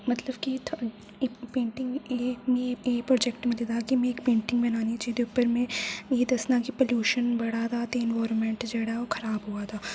मतलब की एह् पेंटिंग एह् में एह् प्रोजेक्ट मिले दा हा की मी इक पेंटिंग बनानी जेह्दे उप्पर में एह् दस्सना की पलूशन बढ़ा दा ते एन्वायरमेंट जेहडा ओह् खराब होआ दा